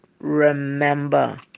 remember